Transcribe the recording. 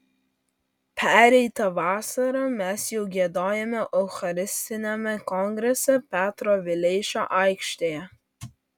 pereitą vasarą mes jau giedojome eucharistiniame kongrese petro vileišio aikštėje